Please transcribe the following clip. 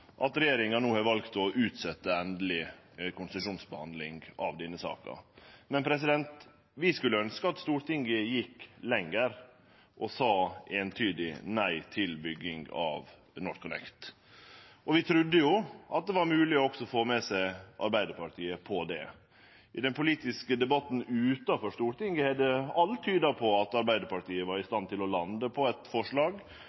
at regjeringa no har valt å utsetje endeleg konsesjonsbehandling av denne saka. Men vi skulle ønskje at Stortinget gjekk lenger og sa eintydig nei til bygging av NorthConnect, og vi trudde at det var mogleg også å få med seg Arbeidarpartiet på det. I den politiske debatten utanfor Stortinget har alt tyda på at Arbeidarpartiet var i